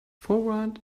forewarned